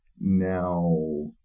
Now